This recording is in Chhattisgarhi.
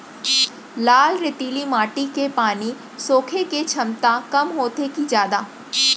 लाल रेतीली माटी के पानी सोखे के क्षमता कम होथे की जादा?